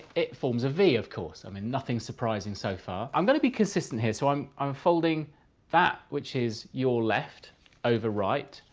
it forms a v, of course. i mean, nothing surprising so far. i'm going to be consistent here. so i'm i'm folding that which is your left over right,